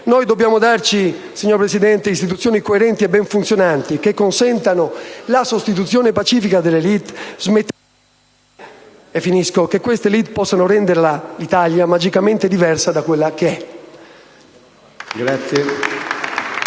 Dobbiamo darci, signor Presidente, istituzioni coerenti e ben funzionanti che consentano la sostituzione pacifica delle *élite*, smettendo di pensare che queste possano rendere l'Italia magicamente diversa da quella che è.